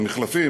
המחלפים,